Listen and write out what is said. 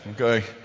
Okay